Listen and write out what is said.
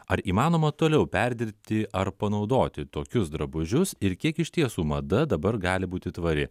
ar įmanoma toliau perdirbti ar panaudoti tokius drabužius ir kiek iš tiesų mada dabar gali būti tvari